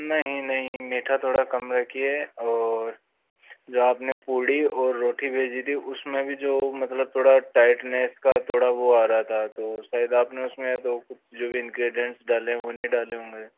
नहीं नहीं मीठा थोड़ा कम रखिए और जो आपने पूड़ी और रोटी भेजी थी उसमें भी जो मतलब थोड़ा टाइट्नेस का थोड़ा वो आ रहा था तो शायद आपने उसमें तो कुछ जो भी इन्क्रीडेंटस डाले वो नहीं डाले होंगे